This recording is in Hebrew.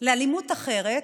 לאלימות אחרת,